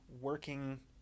working